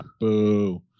Boo